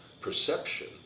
perception